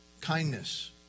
kindness